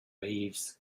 waves